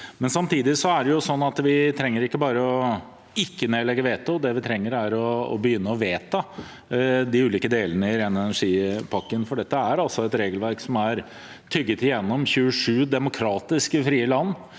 bare trenger ikke å nedlegge veto. Det vi trenger, er å begynne å vedta de ulike delene i ren energipakken. Dette er et regelverk som er tygget igjennom i 27 demokratiske, frie land.